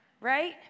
right